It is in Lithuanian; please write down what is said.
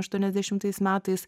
aštuoniasdešimtais metais